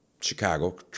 Chicago